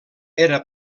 era